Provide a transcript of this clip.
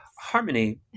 Harmony